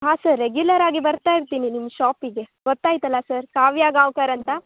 ಹಾಂ ಸರ್ ರೆಗ್ಯುಲರಾಗಿ ಬರ್ತಾ ಇರ್ತೀನಿ ನಿಮ್ಮ ಶಾಪಿಗೆ ಗೊತ್ತಾಯ್ತಲ್ಲ ಸರ್ ಕಾವ್ಯ ಗಾವ್ಕರ್ ಅಂತ